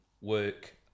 work